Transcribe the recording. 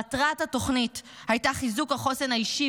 מטרת התוכנית הייתה חיזוק החוסן האישי